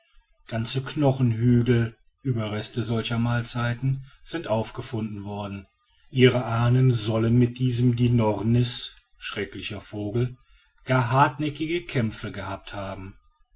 ganze knochenhügel überreste solcher mahlzeiten sind aufgefunden worden ihre ahnen sollen mit diesem dinornis schrecklicher vogel gar hartnäckige kämpfe gehabt haben